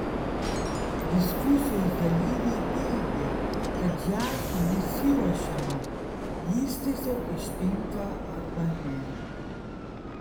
diskusijos dalyviai teigė kad džiazui nesiruošiama jis tiesiog ištinka arba ne